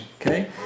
okay